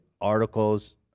articles